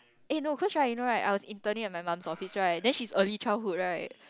eh no cause right you know right I was interning at my mom's office right then she is early childhood right